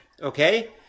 okay